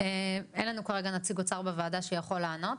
אין לנו כרגע נציג אוצר בוועדה שיכול לענות,